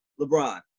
LeBron